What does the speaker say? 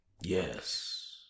Yes